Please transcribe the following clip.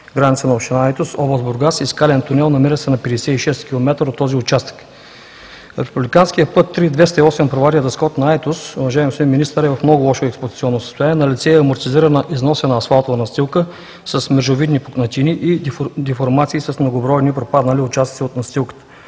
граница на община Руен, област Бургас и скален тунел, намиращ се на 56-ти километър от този участък. В републиканския път III-208 Провадия – Дъскотна – Айтос, уважаеми господин Министър, е в много лошо експлоатационно състояние. Налице е амортизирана, износена асфалтова настилка с мрежовидни пукнатини и деформации с многобройни пропаднали участъци от настилката.